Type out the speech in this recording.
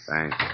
Thanks